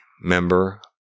member